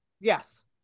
Yes